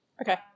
Okay